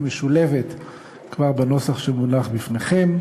והיא כבר משולבת בנוסח שמונח לפניכם.